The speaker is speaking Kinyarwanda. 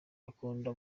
akunda